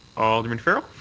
alderman farrell?